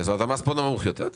אז המס כאן נמוך יותר.